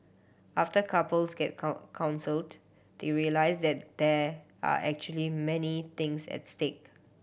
after couples get count counselled they realise that there are actually many things at stake